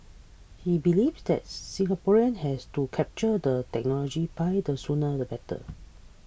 he believes that the Singapore has to capture the technology pie the sooner the better